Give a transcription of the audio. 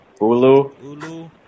Ulu